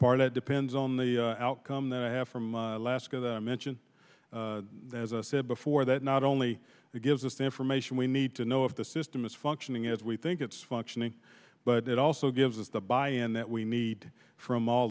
part it depends on the outcome that i have from alaska that i mention as i said before that not only gives us the information we need to know if the system is functioning as we think it's functioning but it also gives us the buy and that we need from all